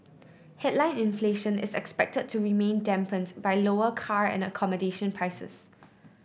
headline inflation is expected to remain dampened by lower car and accommodation prices